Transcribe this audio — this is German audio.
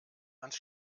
ans